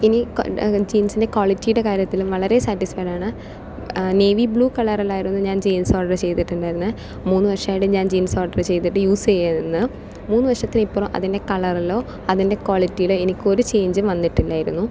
ഇനി ജീൻസിൻ്റെ ക്വാളിറ്റിയുടെ കാര്യത്തിലും വളരെ സാറ്റിസ്ഫൈഡ് ആണ് നേവി ബ്ലൂ കളറിലായിരിന്നു ഞാൻ ജീൻസ് ഓർഡർ ചെയ്തിട്ടുണ്ടായിരുന്നത് മൂന്ന് വർഷായിട്ട് ഞാൻ ജീൻസ് ഓർഡർ ചെയ്തിട്ട് യൂസ് ചെയ്യുന്നു മൂന്ന് വർഷത്തിൻ്റെ ഇപ്പുറം അതിൻ്റെ കളറിലോ അതിൻ്റെ ക്വാളിറ്റിയിലോ എനിക്ക് ഒരു ചേഞ്ചും വന്നിട്ടില്ലായിരുന്നു